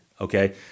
okay